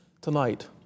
tonight